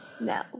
No